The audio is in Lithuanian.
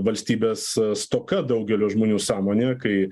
valstybės stoka daugelio žmonių sąmonėje kai